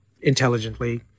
intelligently